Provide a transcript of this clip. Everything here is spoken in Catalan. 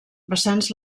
vessants